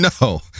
No